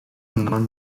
known